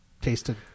tasted